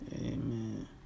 amen